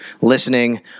listening